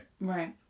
Right